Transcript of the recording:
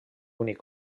únic